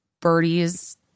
Birdie's